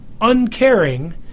uncaring